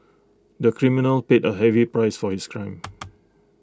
the criminal paid A heavy price for his crime